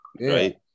Right